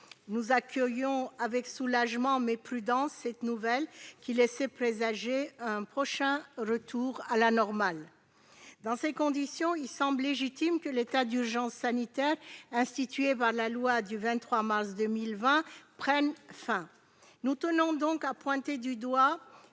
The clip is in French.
Nous accueillions avec soulagement, mais prudence, cette nouvelle, qui laissait présager un prochain retour à la normale. Dans ces conditions, il semble légitime que l'état d'urgence sanitaire, instituée par la loi du 23 mars 2020, prenne fin. Nous tenons donc à pointer du doigt